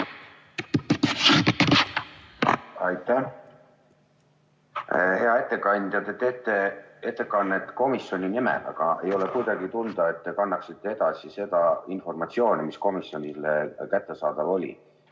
ettekandja! Te teete ettekannet komisjoni nimel, aga ei ole kuidagi tunda, et te annaksite edasi seda informatsiooni, mis komisjonile kättesaadav oli.